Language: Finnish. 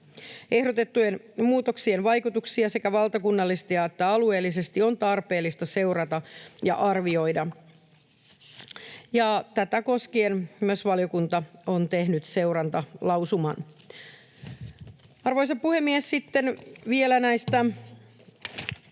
Ehdotettujen muutoksien vaikutuksia sekä valtakunnallisesti että alueellisesti on tarpeellista seurata ja arvioida, ja tätä koskien valiokunta on tehnyt myös seurantalausuman. Arvoisa puhemies! Sitten vielä tämän